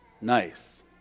nice